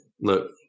look